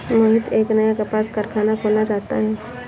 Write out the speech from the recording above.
मोहित एक नया कपास कारख़ाना खोलना चाहता है